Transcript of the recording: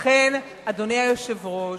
לכן, אדוני היושב-ראש,